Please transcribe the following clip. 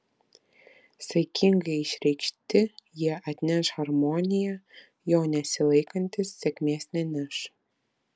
saikingai išreikšti jie atneš harmoniją jo nesilaikant sėkmės neneš